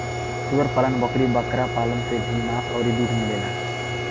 सूअर पालन, बकरी बकरा पालन से भी मांस अउरी दूध मिलेला